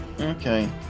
Okay